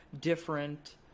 different